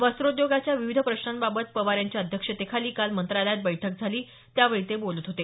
वस्त्रोद्योगाच्या विविध प्रश्नांबाबत पवार यांच्या अध्यक्षतेखाली काल मंत्रालयात बैठक झाली त्यावेळी ते बोलत होते